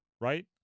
right